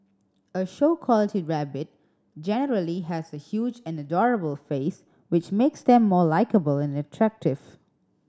a show quality rabbit generally has a huge and adorable face which makes them more likeable and attractive